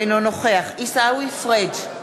אינו נוכח עיסאווי פריג'